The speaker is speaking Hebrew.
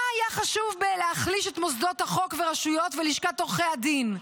מה היה חשוב בלהחליש את מוסדות החוק והרשויות ולשכת עורכי הדין?